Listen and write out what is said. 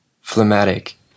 phlegmatic